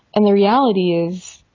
and the reality is,